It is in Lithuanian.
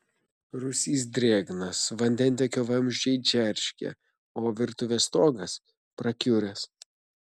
rūsys drėgnas vandentiekio vamzdžiai džeržgia o virtuvės stogas prakiuręs